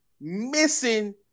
missing